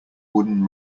wooden